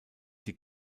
die